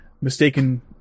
mistaken